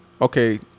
Okay